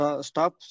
Stop